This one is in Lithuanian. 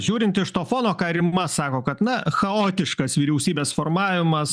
žiūrint iš to fono ką rima sako kad na chaotiškas vyriausybės formavimas